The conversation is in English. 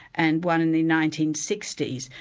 and one in the nineteen sixty s,